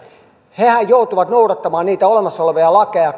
hehän joutuvat noudattamaan niitä olemassa olevia lakeja